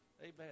Amen